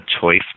choice